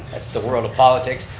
that's the world of politics.